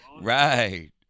Right